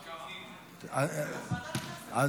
הפנים.